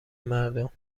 مردم